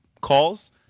calls